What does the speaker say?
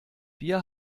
wir